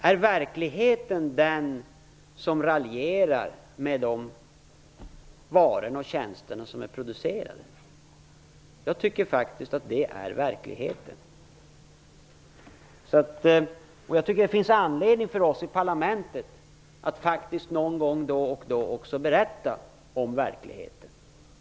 Är det verklighet att raljera med de varor och tjänster som är producerade? Jag tycker faktiskt att det är verkligheten. Jag tycker att det finns anledning för oss i parlamentet att någon gång då och då berätta om verkligheten.